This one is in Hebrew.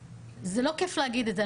זה לא כיף להגיד את זה.